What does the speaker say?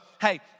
hey